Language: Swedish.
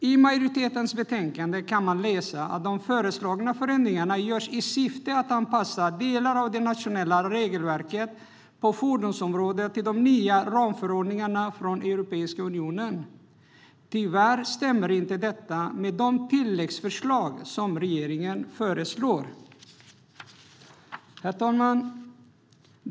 I majoritetens betänkande kan man läsa att de föreslagna förändringarna görs i syfte att anpassa delar av det nationella regelverket på fordonsområdet till de nya ramförordningarna från Europeiska unionen. Tyvärr stämmer inte detta med de tilläggsförslag som regeringen föreslår. Herr talman!